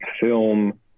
film